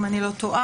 אם אני לא טועה.